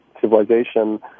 civilization